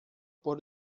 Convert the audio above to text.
por